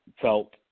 felt